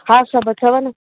हा सभु अथव ना